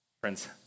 Friends